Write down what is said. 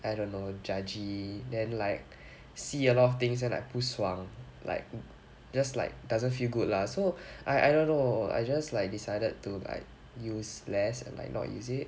I don't know judgy then like see a lot of things and like 不爽 like just like doesn't feel good lah so I I don't know I just like decided to like use less and like not use it